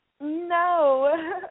No